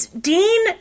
Dean